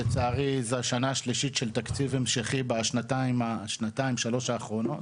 לצערי זו השנה השלישית של תקציב המשכי בשנתיים-שלוש האחרונות.